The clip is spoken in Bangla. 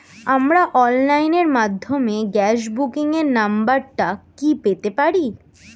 আমার অনলাইনের মাধ্যমে গ্যাস বুকিং এর নাম্বারটা কি পেতে পারি?